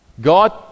God